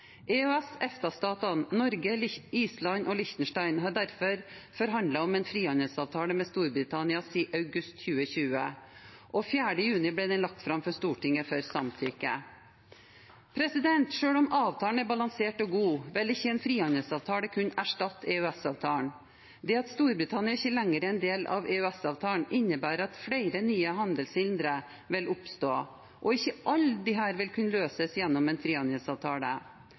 Island og Liechtenstein har derfor forhandlet om en frihandelsavtale med Storbritannia siden august 2020, og 4. juni ble den lagt fram for Stortinget for samtykke. Selv om avtalen er balansert og god, vil ikke en frihandelsavtale kunne erstatte EØS-avtalen. Det at Storbritannia ikke lenger er en del av EØS-avtalen, innebærer at flere nye handelshindre vil oppstå, og ikke alle disse vil kunne løses gjennom en frihandelsavtale.